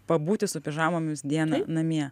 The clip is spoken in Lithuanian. pabūti su pižamomis dieną namie